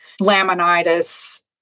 laminitis